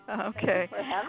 Okay